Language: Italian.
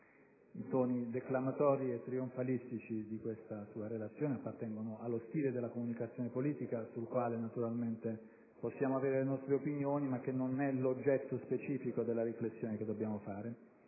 I toni declamatori e trionfalistici della sua Relazione appartengono allo stile della comunicazione politica, sul quale naturalmente possiamo avere le nostre opinioni, ma che non è l'oggetto specifico della riflessione che dobbiamo